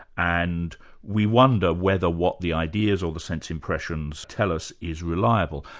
and we wonder whether what the ideas or the sense impressions tell us is reliable.